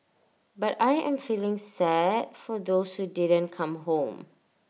but I am feeling sad for those who didn't come home